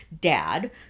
dad